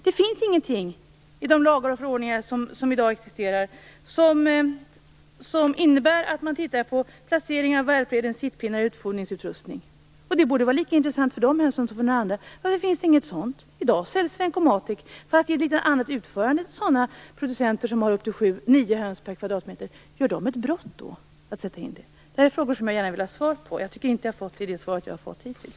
Det finns ingenting i de lagar och förordningar som i dag existerar som innebär att man skall titta på placeringar av värpreden, sittpinnar och utfodringsutrustning. Det borde vara lika intressant när det gäller de hönsen som för några andra. Varför finns det inget sådant?I dag säljs Vencomatic, fast i ett litet annat utförande, till sådana producenter som har upp till nio höns per kvadratmeter. Begår de ett brott då, när de sätter in det systemet? Det här är frågor som jag gärna vill få svar på. Jag tycker inte att jag har fått det i det svar jag har fått hittills.